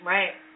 Right